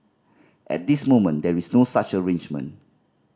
at this moment there is no such arrangement